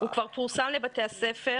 הוא כבר פורסם לבתי הספר,